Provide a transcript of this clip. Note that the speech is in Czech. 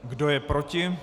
Kdo je proti?